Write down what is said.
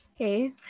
Okay